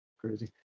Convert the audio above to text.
Crazy